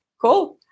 Cool